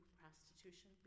prostitution